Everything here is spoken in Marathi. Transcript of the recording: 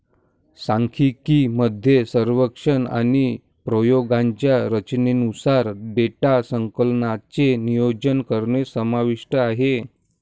सांख्यिकी मध्ये सर्वेक्षण आणि प्रयोगांच्या रचनेनुसार डेटा संकलनाचे नियोजन करणे समाविष्ट आहे